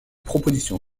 position